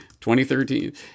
2013